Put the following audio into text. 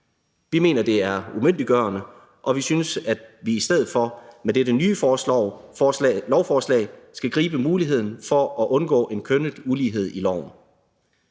Vi mener, det er umyndiggørende, og vi synes, at vi i stedet for med dette nye lovforslag skal gribe muligheden for at undgå en kønnet ulighed i loven.